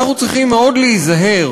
אנחנו צריכים מאוד להיזהר